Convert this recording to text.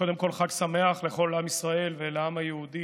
קודם כול, חג שמח לכל עם ישראל ולעם היהודי